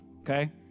okay